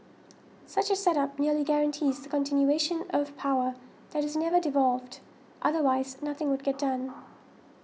such a setup nearly guarantees the continuation of power that is never devolved otherwise nothing would get done